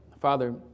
Father